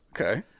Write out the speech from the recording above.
Okay